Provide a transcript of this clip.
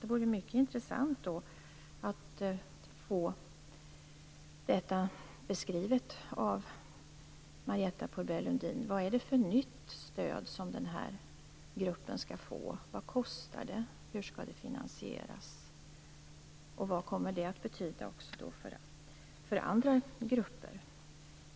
Det vore mycket intressant att få beskrivet av Marietta de Pourbaix-Lundin vad det är för nytt stöd som de gravt funktionshindrade skall få, vad det kostar, hur det skall finansieras och vad det kommer att betyda för andra grupper.